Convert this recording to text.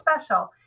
special